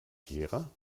gera